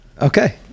Okay